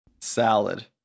Salad